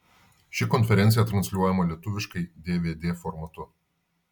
ši konferencija transliuojama lietuviškai dvd formatu